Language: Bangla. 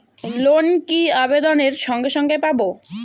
লোন কি আবেদনের সঙ্গে সঙ্গে পাব?